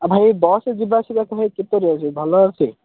ଭାଇ ବସରେ ଯିବା ଆସିବାକୁ ଭାଇ କେତେ ରେଞ୍ଜ ଭଲ ଅଛି